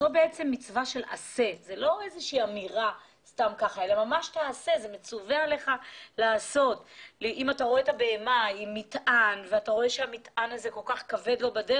זוהי מצוות עשה לפרוק בהמה שיש עליה מטען כבד.